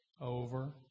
over